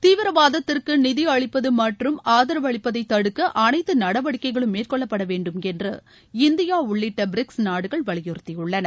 தீவிரவாதத்திற்கு நிதி அளிப்பது மற்றும் ஆதரவளிப்பதை தடுக்க அனைத்து நடவடிக்கைகளும் மேற்கொள்ளப்பட வேண்டும் என்று இந்தியா உள்ளிட்ட பிரிக்ஸ் நாடுகள் வலியுறுத்தியுள்ளன